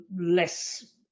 less